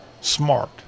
smart